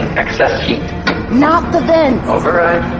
excess heat not the vents! override